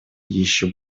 еще